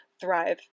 thrive